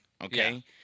okay